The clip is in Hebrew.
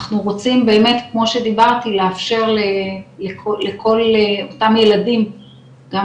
אנחנו רוצים באמת כמו שדיברתי לאפשר אותם ילדים גם